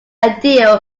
ideal